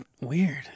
Weird